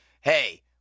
hey